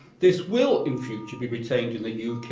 this will in future be retained in the yeah